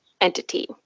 entity